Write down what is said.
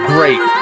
Great